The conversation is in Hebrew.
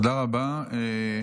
תודה רבה.